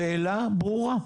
השאלה ברורה.